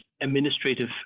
administrative